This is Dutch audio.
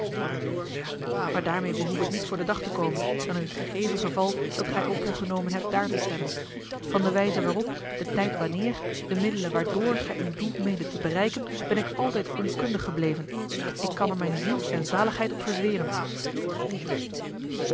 ja maar daarmeê behoef ik niet voor den dag te komen dan in t gegeven geval dat gij op u genomen hebt daar te stellen van de wijze waarop den tijd wanneer de middelen waardoor gij uw doel meendet te bereiken ben ik altijd onkundig gebleven ik kan er mijne ziel en zaligheid op verzweren